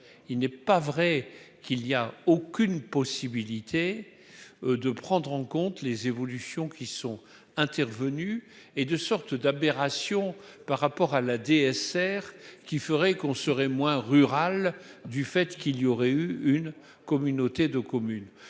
il n'est pas vrai qu'il y a aucune possibilité de prendre en compte les évolutions qui sont intervenus et de sorte d'aberration par rapport à la DSR qui ferait qu'on serait moins rural du fait qu'il y aurait eu une communauté de commune,